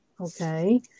okay